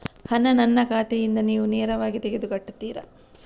ಹಣ ನನ್ನ ಖಾತೆಯಿಂದ ನೀವು ನೇರವಾಗಿ ತೆಗೆದು ಕಟ್ಟುತ್ತೀರ?